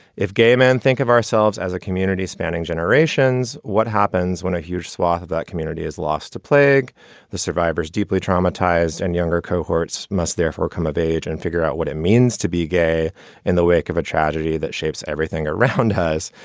if gay men think of ourselves as a community spanning generations, what happens when a huge swath of that community is lost to plague the survivors? deeply traumatized and younger cohorts must therefore come of age and figure out what it means to be gay in the wake of a tragedy that shapes everything around us.